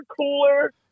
cooler